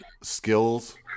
skills